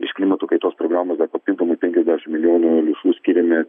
iš klimato kaitos programos dar papildomai penkiasdešim milijonų lėšų skyrėme